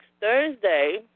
Thursday